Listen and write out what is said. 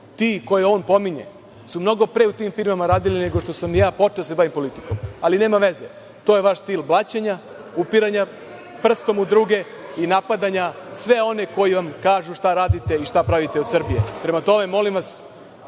ti koje on pominje su mnogo pre u tim firmama radili nego što sam ja počeo da se bavim politikom. Ali, nema veze, to je vaš stil blaćenja, upiranja prstom u druge i napadanja svih onih koji vam kažu šta radite i šta pravite od Srbije. Prema tome, molim vas